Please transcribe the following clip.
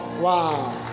Wow